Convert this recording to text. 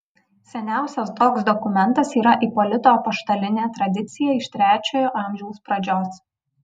seniausias toks dokumentas yra ipolito apaštalinė tradicija iš trečiojo amžiaus pradžios